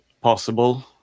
possible